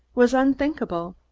was unthinkable.